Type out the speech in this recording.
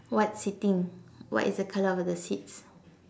what seating what is the color of the seats